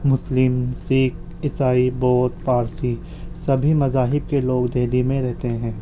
مسلم سکھ عیسائی بودھ پارسی سبھی مذاہب کے لوگ دہلی میں رہتے ہیں